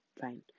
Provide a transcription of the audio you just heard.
fine